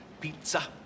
pizza